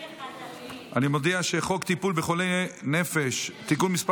אני מודיע שהצעת חוק טיפול בחולי נפש (תיקון מס'